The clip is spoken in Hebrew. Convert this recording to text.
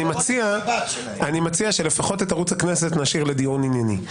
אני מציע שלפחות את ערוץ הכנסת נשאיר לדיון ענייני.